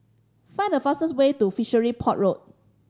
find the fastest way to Fishery Port Road